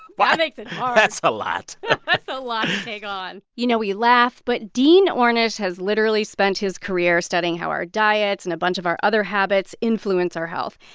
makes it hard that's a lot that's a lot to take on you know, we laugh, but dean ornish has literally spent his career studying how our diets and a bunch of our other habits influence our health.